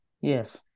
yes